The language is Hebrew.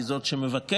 היא זאת שמבקרת,